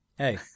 Hey